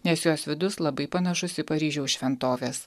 nes jos vidus labai panašus į paryžiaus šventovės